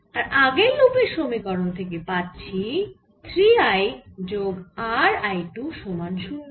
আর আগের লুপের সমীকরণ থেকে পাচ্ছি 3 I যোগ R I 2 সমান 0